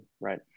Right